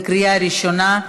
בקריאה ראשונה.